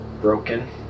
broken